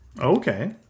Okay